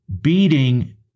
beating